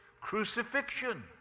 crucifixion